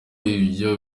ivyo